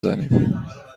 زنیم